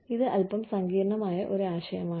ഇത് അല്പം സങ്കീർണ്ണമായ ഒരു ആശയമാണ്